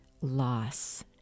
loss